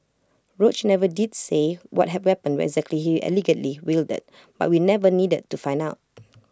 roach never did say what had weapon exactly he allegedly wielded but we never needed to find out